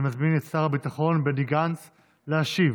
אני מזמין את שר הביטחון בני גנץ להשיב